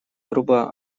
грубо